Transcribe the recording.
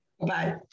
Bye